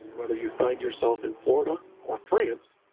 whether you find yourself in florida or france,